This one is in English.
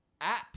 app